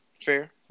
fair